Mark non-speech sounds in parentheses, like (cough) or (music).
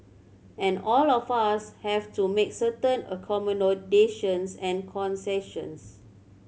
and all of us have to make certain (unintelligible) and concessions